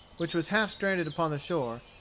which was half stranded upon the shore,